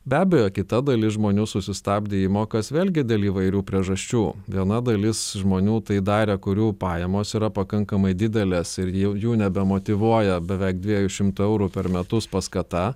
be abejo kita dalis žmonių susistabdė įmokas vėlgi dėl įvairių priežasčių viena dalis žmonių tai darė kurių pajamos yra pakankamai didelės ir jau jų nebemotyvuoja beveik dviejų šimtų eurų per metus paskata